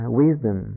wisdom